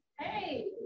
Hey